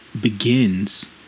begins